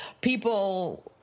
people